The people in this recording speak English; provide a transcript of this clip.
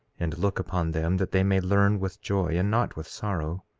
and look upon them that they may learn with joy and not with sorrow,